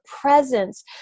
presence